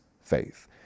faith